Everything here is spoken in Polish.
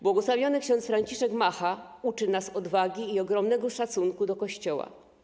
Błogosławiony ks. Franciszek Macha uczy nas odwagi i ogromnego szacunku do Kościoła.